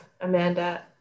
Amanda